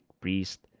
priest